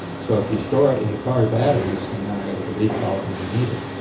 so if you store it in the cars' batteries and then are able to recall it when you need it,